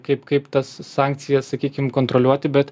kaip kaip tas sankcijas sakykim kontroliuoti bet